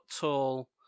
tall